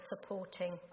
supporting